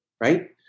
right